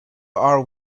are